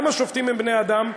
גם השופטים הם בני-אדם,